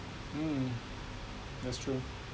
mm that's true